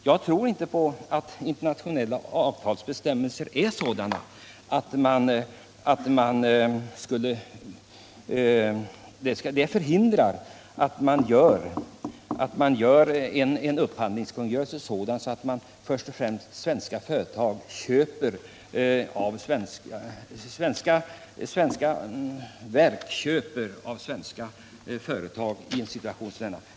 Jag tror dock inte att dessa är så utformade att de kan förhindra att man formulerar en upphandlingskungörelse på sådant sätt att statliga verk först och främst köper av svenska företag i en situation som denna.